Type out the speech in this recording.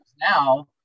now